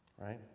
right